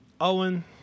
Owen